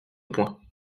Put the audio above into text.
points